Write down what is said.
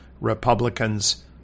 republicans